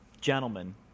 gentlemen